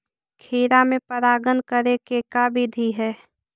खिरा मे परागण करे के का बिधि है?